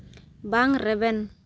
ᱵᱟᱝ ᱨᱮᱵᱮᱱ